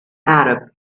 arab